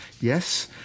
Yes